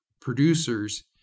producers